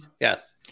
Yes